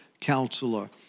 Counselor